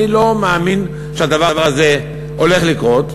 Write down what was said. אני לא מאמין שהדבר הזה הולך לקרות.